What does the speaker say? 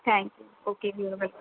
thank you okay dear welcome